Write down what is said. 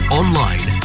online